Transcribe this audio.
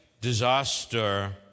disaster